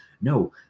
No